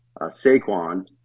Saquon